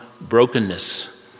brokenness